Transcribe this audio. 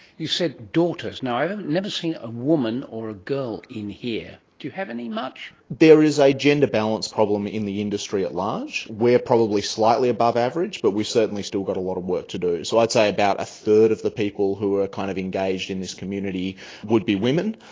you said daughters. now, i've never seen a woman or a girl in here. do you have any much? there is a gender balance problem in the industry at large. we are probably slightly above average but we have certainly still got a lot of work to do. so i'd say about a third of the people who are kind of engaged in this community would be women.